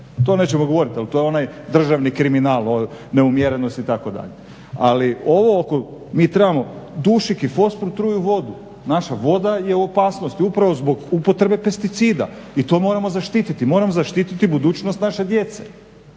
To nećemo govoriti ali to je onaj državni kriminal, neumjerenost itd.. Ali ovo, mi trebamo, dušik i fosfor truju vodu, naša voda je u opasnosti upravo zbog upotrebe pesticida. I to moramo zaštiti. Moramo zaštiti budućnost naše djece.